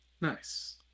Nice